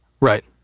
Right